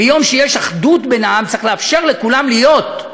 ביום שיש אחדות בעם צריך לאפשר לכולם להיות,